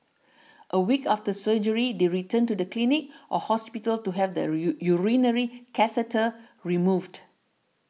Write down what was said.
a week after surgery they return to the clinic or hospital to have the U urinary catheter removed